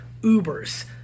Ubers